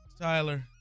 Tyler